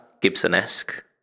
Gibson-esque